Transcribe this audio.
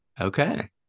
Okay